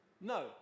No